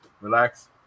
relax